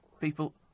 People